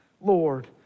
Lord